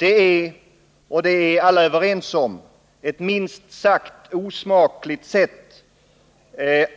Den är — det är alla överens om — ett minst sagt osmakligt sätt